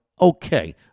okay